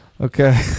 Okay